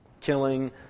killing